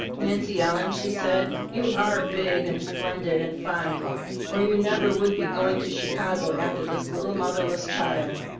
nancy ellen, she said, you are big, and splendid, and fine or you never would be going to chicago after this little motherless child.